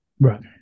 Right